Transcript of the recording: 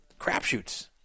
crapshoots